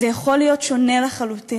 זה יכול להיות שונה לחלוטין.